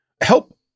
help